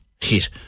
hit